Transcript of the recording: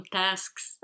tasks